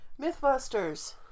Mythbusters